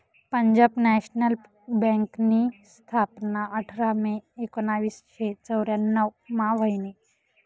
Punjab national बँकनी स्थापना आठरा मे एकोनावीसशे चौर्यान्नव मा व्हयनी